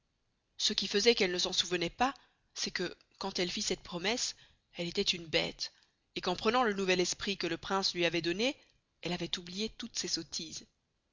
ce qui faisoit qu'elle ne s'en souvenoit pas c'est que quand elle fit cette promesse elle estoit une bête et qu'en prenant le nouvel esprit que le prince lui avoit donné elle avoit oublié toutes ses sottises